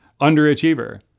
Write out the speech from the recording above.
underachiever